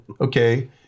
okay